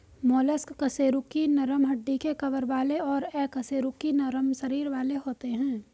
mollusc कशेरुकी नरम हड्डी के कवर वाले और अकशेरुकी नरम शरीर वाले होते हैं